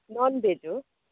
ननभेज हो